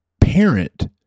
parent